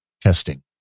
Testing